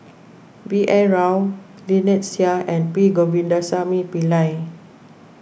B N Rao Lynnette Seah and P Govindasamy Pillai